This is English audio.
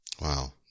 Wow